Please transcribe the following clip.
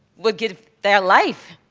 would give their life.